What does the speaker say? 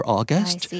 August